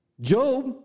Job